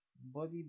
body